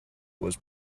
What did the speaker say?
was